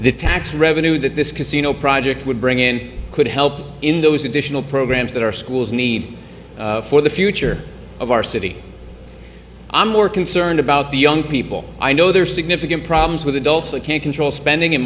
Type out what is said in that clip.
the tax revenue that this casino project would bring in could help in those additional programs that our schools need for the future of our city i'm more concerned about the young people i know there are significant problems with adults that can't control spending